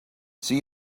see